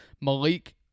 Malik